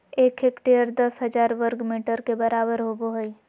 एक हेक्टेयर दस हजार वर्ग मीटर के बराबर होबो हइ